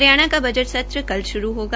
हरियाणा का बजट सत्र कल शुरू होगा